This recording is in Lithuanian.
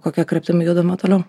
kokia kryptim judame toliau